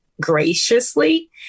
graciously